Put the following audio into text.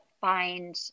find